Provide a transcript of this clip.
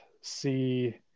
see